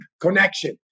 connection